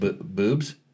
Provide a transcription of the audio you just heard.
boobs